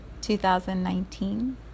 2019